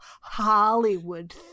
Hollywood